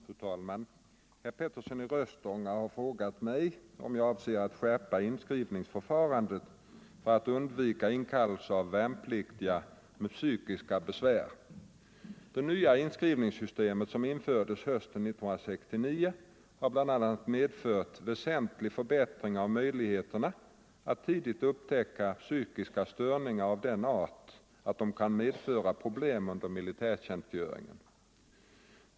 Fru talman! Herr Petersson i Röstånga har frågat mig, om jag avser att skärpa inskrivningsförfarandet för att undvika inkallelser av värnpliktiga med psykiska besvär. Det nya inskrivningssystemet, som infördes hösten 1969, har bl.a. medfört väsentlig förbättring av möjligheterna att tidigt upptäcka psykiska störningar av den art att de kan medföra problem under militärtjänstgöringen.